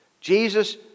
Jesus